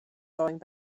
going